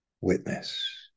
witness